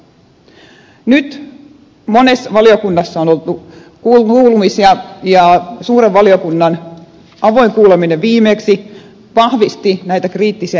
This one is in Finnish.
nyt monessa valiokunnassa on ollut kuulemisia ja suuren valiokunnan avoin kuuleminen viimeksi vahvisti näitä kriittisiä näkökulmia